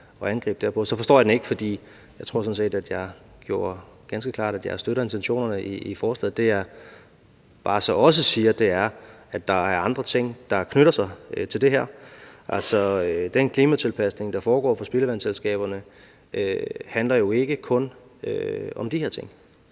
jeg gjorde det ganske klart, at jeg støtter intentionerne i forslaget. Det, jeg så også bare siger, er, at der er andre ting, der knytter sig til det her. Altså, den klimatilpasning, der foregår fra spildevandsselskaberne, handler jo ikke kun om de her ting.